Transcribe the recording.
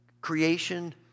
creation